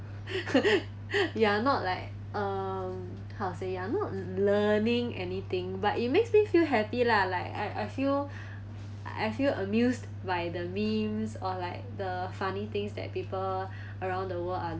ya not like um how to say ya not learning anything but it makes me feel happy lah like I I feel I feel amused by the memes or like the funny things that people around the world are